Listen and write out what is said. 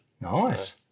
Nice